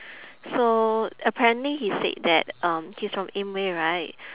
so apparently he said that um he's from inway right